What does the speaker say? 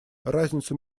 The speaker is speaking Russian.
разницу